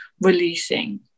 releasing